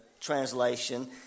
translation